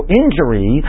injury